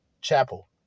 Chapel